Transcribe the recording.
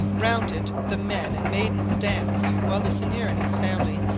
round it the men and maidens danced, while the seigneur and his family,